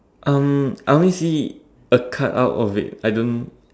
um I only see a cut out of it I don't